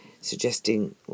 suggesting